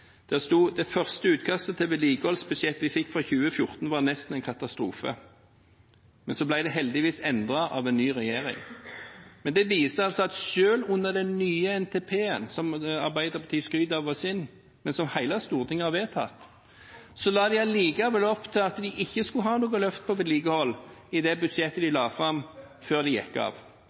utkastet til vedlikeholdsbudsjett vi fikk for 2014, var nesten katastrofe.» Så ble det heldigvis endret av en ny regjering. Det viser at selv under den nye NTP-en, som Arbeiderpartiet skryter av er deres, men som hele Stortinget har vedtatt, la de opp til at man ikke skulle ha noe løft på vedlikehold i det budsjettet de la fram før de gikk av.